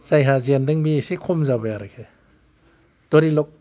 जायहा जेनदों बे एसे खम जाबाय आरिखि धरि लग